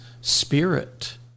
spirit